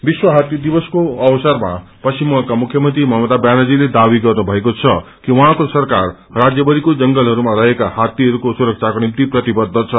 विश्व हात्ती दिवसको अवसरमा पश्चिम बंगालका मुख्यमंत्री ममता व्यानर्जीले दावी गर्नु भएको छ कि उहाँचो सरकार रान्यभरिको जंगलहरूमा रहेका हात्तीहरूको सुरक्षाको निम्ति प्रतिबद्ध छ